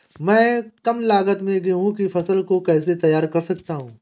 मैं कम लागत में गेहूँ की फसल को कैसे तैयार कर सकता हूँ?